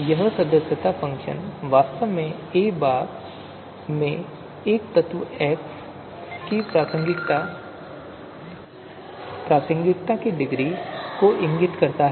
यह सदस्यता फ़ंक्शन वास्तव में Ã में एक तत्व x की प्रासंगिकता की डिग्री को इंगित करता है